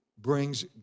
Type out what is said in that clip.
brings